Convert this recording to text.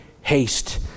haste